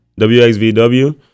WXVW